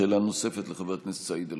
שאלה נוספת, לחבר הכנסת סעיד אלחרומי,